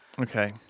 Okay